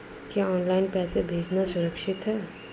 क्या ऑनलाइन पैसे भेजना सुरक्षित है?